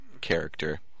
character